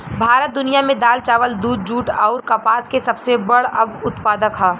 भारत दुनिया में दाल चावल दूध जूट आउर कपास के सबसे बड़ उत्पादक ह